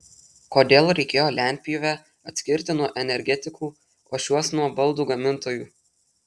kodėl reikėjo lentpjūvę atskirti nuo energetikų o šiuos nuo baldų gamintojų